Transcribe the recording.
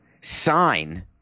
sign